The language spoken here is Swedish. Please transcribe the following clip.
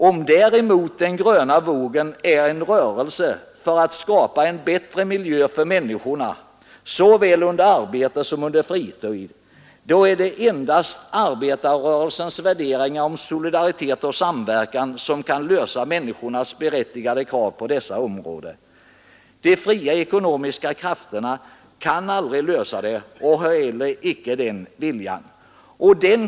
Om däremot den gröna vågen är en rörelse för att skapa en bättre miljö för människorna såväl under arbete som under fritid, då är det endast arbetarrörelsens värderingar om solidaritet och samverkan som kan uppfylla människornas berättigade krav på dessa områden. De fria ekonomiska krafterna kan aldrig lösa dessa problem och har inte heller den viljan.